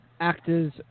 actors